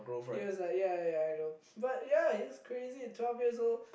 he was like yea yea yea I know but yea it's crazy twelve years old